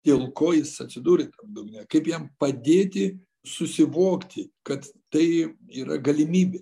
dėl ko jis atsidūrė tam dugne kaip jam padėti susivokti kad tai yra galimybė